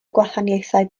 gwahaniaethau